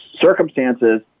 circumstances